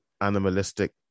animalistic